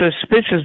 suspicious